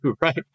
right